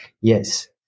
yes